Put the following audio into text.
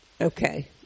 Okay